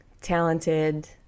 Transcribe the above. talented